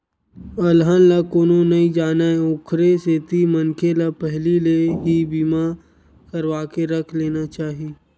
अलहन ला कोनो नइ जानय ओखरे सेती मनखे ल पहिली ले ही बीमा करवाके रख लेना चाही